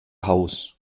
haus